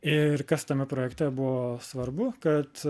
ir kas tame projekte buvo svarbu kad